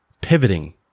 pivoting